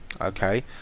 okay